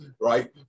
right